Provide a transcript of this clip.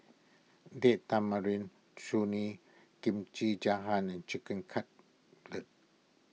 Date Tamarind Chutney Kimchi and Chicken Cutlet